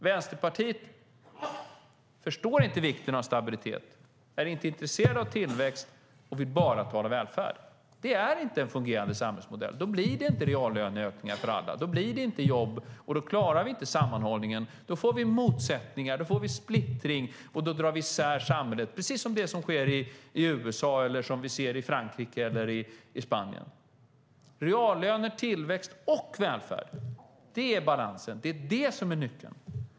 Vänsterpartiet förstår inte vikten av stabilitet, är inte intresserat av tillväxt och vill bara tala välfärd. Det är inte en fungerande samhällsmodell. Då blir det inte reallöneökningar för alla. Då blir det inte jobb, och då klarar vi inte sammanhållningen. Då får vi motsättningar och splittring, och då drar vi isär samhället. Det är precis det som sker i USA eller som vi ser i Frankrike eller Spanien. Reallöner, tillväxt och välfärd - det är balansen. Det är det som är nyckeln.